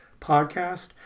podcast